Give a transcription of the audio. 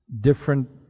Different